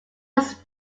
was